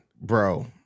Bro